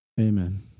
Amen